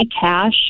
cash